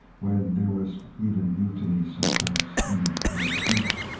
when there was even mutiny sometimes in in the troops,